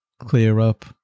clear-up